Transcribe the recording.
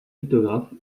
lithographe